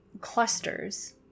clusters